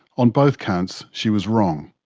on both counts, she was wrong.